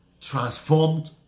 transformed